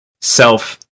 self